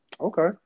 Okay